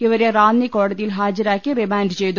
ഇവരെ റാന്നി കോടതിയിൽ ഹാജരാക്കി റിമാൻഡ് ചെയ്തു